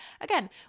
again